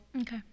okay